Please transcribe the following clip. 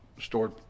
stored